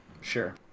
Sure